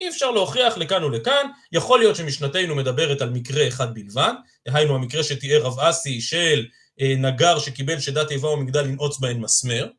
אי אפשר להוכיח לכאן ולכאן, יכול להיות שמשנתנו מדברת על מקרה אחד בלבד, דהיינו המקרה שתיאר רב אסי של נגר שקיבל שדת תיבה ומגדל לנעוץ בהן מסמר.